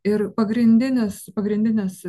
ir pagrindinis pagrindinis